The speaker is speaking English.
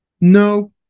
No